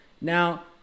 Now